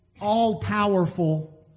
all-powerful